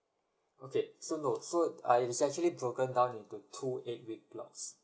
okay so no so uh is actually broken down into two eight weeks block